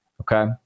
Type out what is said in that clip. okay